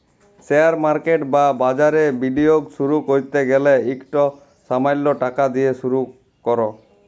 share market বা বাজারে বিলিয়গ শুরু ক্যরতে গ্যালে ইকট সামাল্য টাকা দিঁয়ে শুরু কর